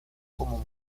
como